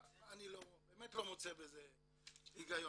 אני באמת לא מוצא בזה היגיון.